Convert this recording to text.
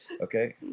Okay